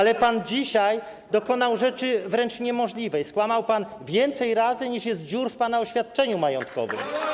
ale pan dzisiaj dokonał rzeczy wręcz niemożliwej: skłamał pan więcej razy, niż jest dziur w pana oświadczeniu majątkowym.